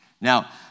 Now